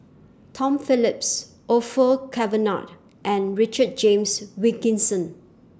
Tom Phillips Orfeur Cavenagh and Richard James Wilkinson